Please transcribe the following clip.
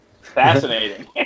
Fascinating